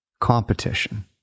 competition